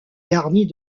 garnie